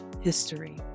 history